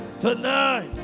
tonight